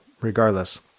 regardless